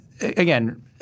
Again